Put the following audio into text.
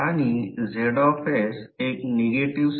आणि हे r आहे हे नंतर त्या r वर येईल ती रेडियस आहे